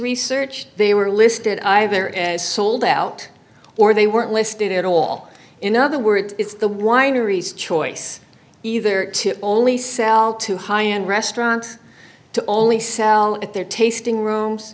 research they were listed either as sold out or they weren't listed at all in other words it's the wineries choice either to only sell to high end restaurants to only sell at their tasting rooms